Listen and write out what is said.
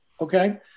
okay